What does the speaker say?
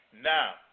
Now